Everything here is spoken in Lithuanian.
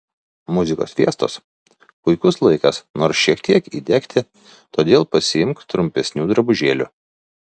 muzikos fiestos puikus laikas nors šiek tiek įdegti todėl pasiimk trumpesnių drabužėlių